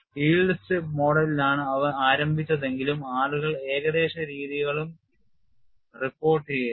Yield strip മോഡലിലാണ് അവ ആരംഭിച്ചതെങ്കിലും ആളുകൾ ഏകദേശ രീതികളും റിപ്പോർട്ടുചെയ്തു